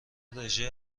رژه